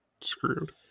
screwed